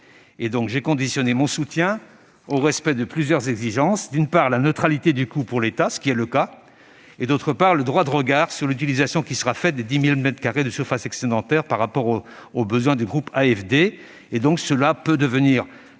posé comme condition à mon soutien le respect de plusieurs exigences : d'une part, la neutralité du coût pour l'État- c'est le cas -, d'autre part, le droit de regard sur l'utilisation qui sera faite des 10 000 mètres carrés de surface excédentaire par rapport aux besoins du groupe AFD. Ce siège peut devenir